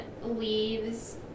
leaves